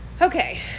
Okay